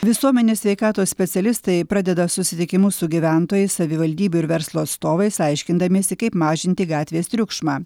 visuomenės sveikatos specialistai pradeda susitikimus su gyventojais savivaldybių ir verslo atstovais aiškindamiesi kaip mažinti gatvės triukšmą